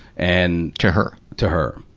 and to her. to her.